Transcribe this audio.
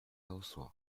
搜索